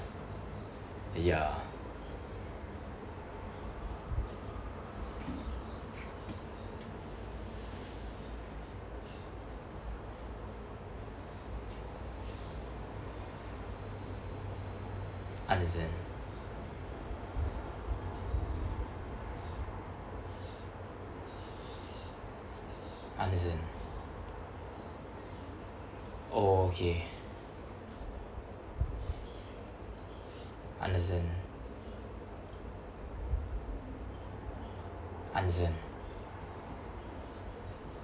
ya understand understand oh okay understand understand